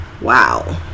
wow